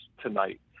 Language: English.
tonight